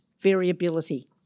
variability